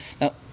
Now